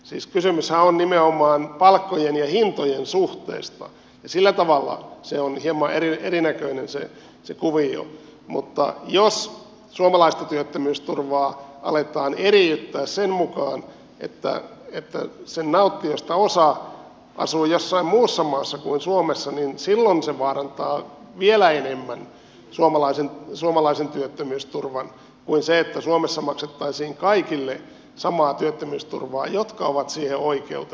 siis kysymyshän on nimenomaan palkkojen ja hintojen suhteista ja sillä tavalla on hieman erinäköinen se kuvio mutta jos suomalaista työttömyysturvaa aletaan eriyttää sen mukaan että sen nauttijoista osa asuu jossain muussa maassa kuin suomessa niin silloin se vaarantaa vielä enemmän suomalaisen työttömyysturvan kuin se että suomessa maksettaisiin samaa työttömyysturvaa kaikille jotka ovat siihen oikeutettuja